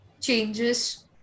changes